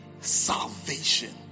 salvation